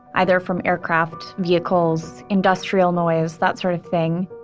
either from aircraft, vehicles, industrial noise, that sort of thing.